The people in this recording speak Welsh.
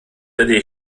ydy